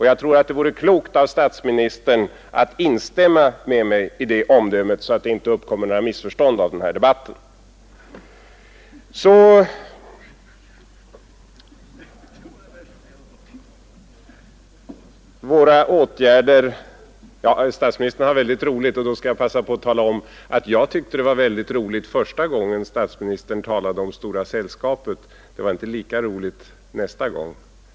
Jag tror att det vore klokt av statsministern att instämma med mig i detta omdöme så att inga missförstånd uppkommer av denna debatt. Statsministern har väldigt roligt nu — ser jag. Då skall jag be att få tala om att jag tyckte att det var mycket roligt första gången statsministern talade om Stora sällskapet — det var inte lika roligt nästa gång.